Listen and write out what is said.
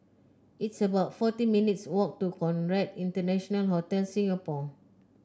it's about fourteen minutes' walk to Conrad International Hotel Singapore